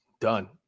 done